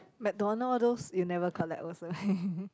McDonald's those you never collect also